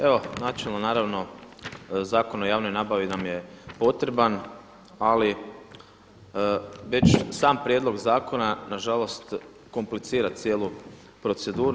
Evo, načelno naravno zakon o javnoj nabavi nam je potreban ali već sam prijedlog zakona nažalost komplicira cijelu proceduru.